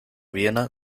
viena